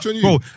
bro